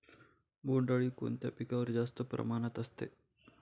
बोंडअळी कोणत्या पिकावर जास्त प्रमाणात असते?